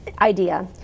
idea